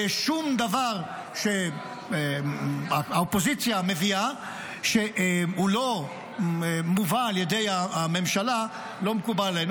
ושום דבר שהאופוזיציה מביאה שלא מובא על ידי הממשלה לא מקובל עלינו.